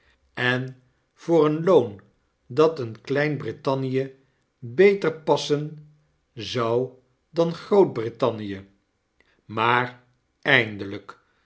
en voor een loon dat een klein brittanniebeterpassen zou dan groot brittannie maar eindelijk